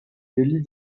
délit